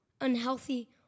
unhealthy